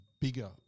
bigger